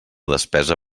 despesa